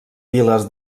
viles